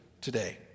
today